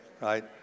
right